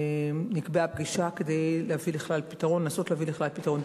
נקבעה פגישה כדי לנסות להביא את הבעיה לכלל פתרון.